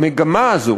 המגמה הזאת